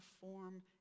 form